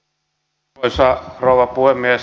arvoisa rouva puhemies